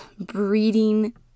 breeding